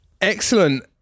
excellent